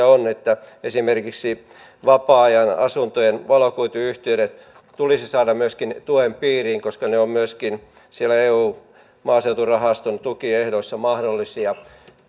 on että esimerkiksi vapaa ajan asuntojen valokuituyhteydet tulisi saada myöskin tuen piiriin koska ne ovat myös siellä eun maaseuturahaston tukiehdoissa mahdollisia